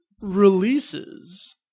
releases